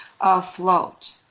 afloat